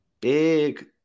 big